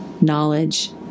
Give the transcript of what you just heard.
knowledge